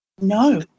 No